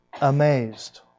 amazed